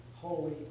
holy